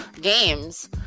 games